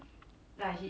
mm